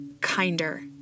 kinder